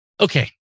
Okay